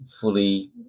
fully